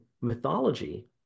mythology